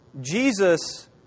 Jesus